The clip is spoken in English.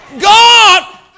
God